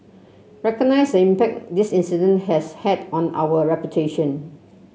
recognise the impact this incident has had on our reputation